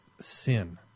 sin